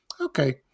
Okay